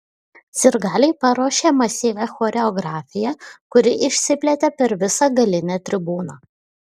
sirgaliai paruošė masyvią choreografiją kuri išsiplėtė per visą galinę tribūną